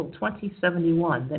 2071